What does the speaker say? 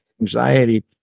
anxiety